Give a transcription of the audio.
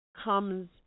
Comes